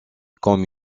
comme